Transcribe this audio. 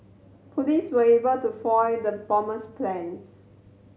police were able to foil the bomber's plans